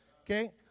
okay